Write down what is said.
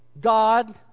God